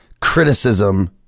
criticism